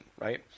right